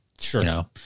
Sure